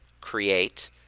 create